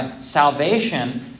Salvation